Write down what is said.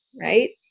right